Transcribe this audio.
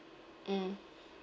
mm